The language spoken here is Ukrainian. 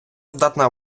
здатна